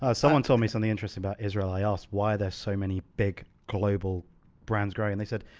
ah someone told me something interesting about israel. i asked why there's so many big global brands growing and they said,